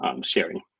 sharing